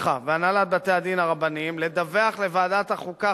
והנהלת בתי-הדין הרבניים לדווח לוועדת החוקה,